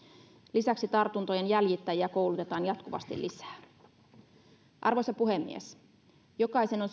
lisäksi tartuntojen jäljittäjiä koulutetaan jatkuvasti lisää arvoisa puhemies jokaisen on